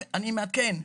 אני מעדכן: